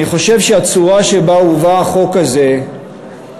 אני חושב שהצורה שבה הובא החוק הזה הופכת